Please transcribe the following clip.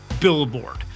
billboard